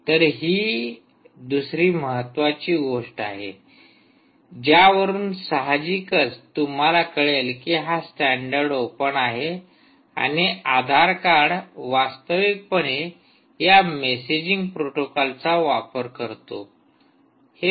तर ही दुसरी महत्त्वाची गोष्ट आहे ज्यावरून साहजिकच तुम्हाला कळेल की हा स्टॅंडर्ड ओपन आहे आणि आधार कार्ड वास्तविकपणे या मेसेजिंग प्रोटोकॉलचा वापर करतो